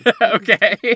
Okay